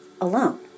alone